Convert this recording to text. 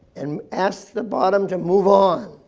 and asks the bottom to move on.